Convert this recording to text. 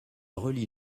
relie